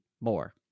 more